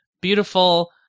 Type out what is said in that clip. beautiful